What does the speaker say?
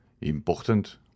Important